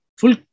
full